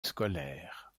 scolaire